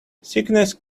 sickness